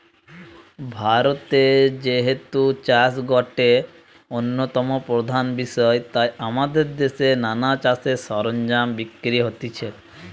ভারতে যেহেতু চাষ গটে অন্যতম প্রধান বিষয় তাই আমদের দেশে নানা চাষের সরঞ্জাম বিক্রি হতিছে